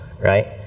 right